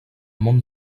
món